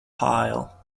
pile